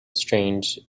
strange